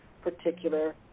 particular